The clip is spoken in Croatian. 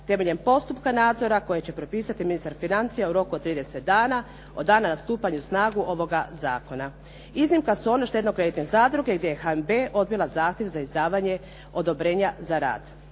temeljem postupka nadzora koje će propisati ministar financija u roku od 30 dana od dana stupanja na snagu ovoga zakona. Iznimka su one štedno-kreditne zadruge gdje je HNB odbila zahtjev za izdavanje odobrenja za rad.